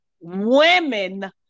women